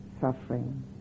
suffering